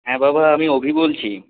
হ্যাঁ বাবা আমি অভি বলছি